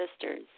sisters